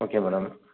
okay madam